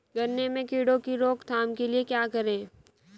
गन्ने में कीड़ों की रोक थाम के लिये क्या करें?